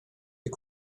est